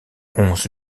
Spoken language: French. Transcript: onze